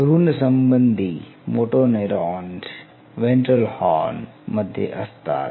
भ्रुणसंबंधी motoneuron ventral horn मध्ये असतात